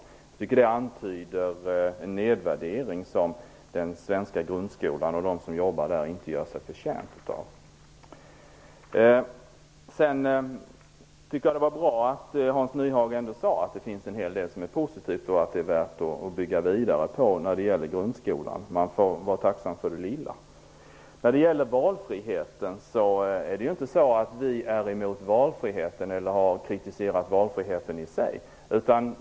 Jag tycker att det antyder en nedvärdering som den svenska grundskolan och de som arbetar i den inte har förtjänat. Det var bra att Hans Nyhage ändå sade att det finns en hel del som är positivt och värt att bygga vidare på i grundskolan. Man får vara tacksam för det lilla. När det gäller valfriheten vill jag säga att vi inte är emot den och inte har kritiserat den som sådan.